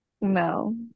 No